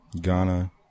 Ghana